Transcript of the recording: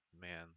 man